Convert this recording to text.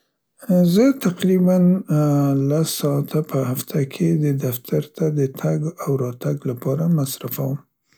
زه تقریباً لس ساعته په هفته کې د دفتر ته د تګ او راتګ لپاره مصرفوم.